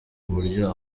uburyo